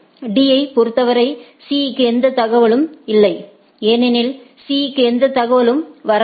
D ஐப் பொறுத்தவரை C க்கு எந்த தகவலும் இல்லை ஏனெனில் C க்கு எந்த தகவலும் வரவில்லை